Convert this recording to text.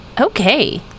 Okay